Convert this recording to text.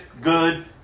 good